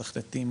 מתכנתים,